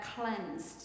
cleansed